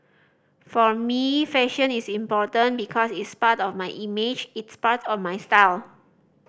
for me fashion is important because it's part of my image it's part of my style